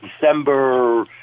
December